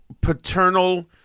paternal